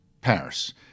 Paris